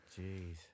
jeez